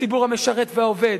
לשירות המשרת והעובד.